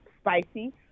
spicy